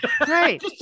Right